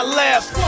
left